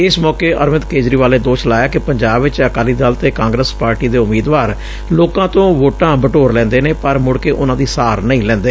ਇਸ ਮੌਕੇ ਅਰਵਿੰਦ ਕੇਜਰੀਵਾਲ ਨੇ ਦੋਸ਼ ਲਾਇਆ ਕਿ ਪੰਜਾਬ ਚ ਅਕਾਲੀ ਦਲ ਤੇ ਕਾਂਗਰਸ ਪਾਰਟੀ ਦੇ ਉਮੀਦਵਾਰ ਲੋਕਾਂ ਤੋਂ ਵੋਟਾਂ ਬਟੋਰ ਲੈਂਦੇ ਨੇ ਪਰ ਮੁੜ ਕੇ ਉਨੂਾਂ ਦੀ ਸਾਰ ਨਹੀਂ ਲੈਂਦੇ